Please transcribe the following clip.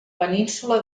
península